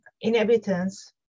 inhabitants